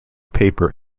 paper